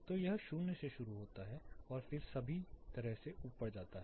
तो यह 0 से शुरू होता है और फिर सभी तरह से ऊपर जाता है